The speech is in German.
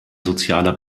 sozialer